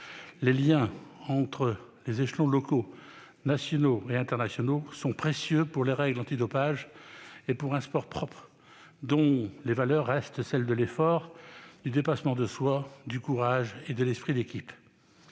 Les liens entre les échelons locaux, nationaux et internationaux sont précieux pour les règles antidopage et pour un sport propre, dont les valeurs restent celles de l'effort, du dépassement de soi, du courage et de l'esprit d'équipe.